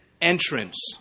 entrance